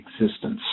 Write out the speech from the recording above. existence